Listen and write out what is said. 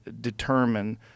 determine